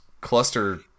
cluster